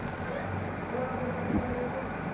ভাল জাতের অস্ট্রেলিয়ান শূকরের পালন করা কী লাভ জনক?